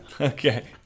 Okay